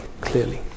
clearly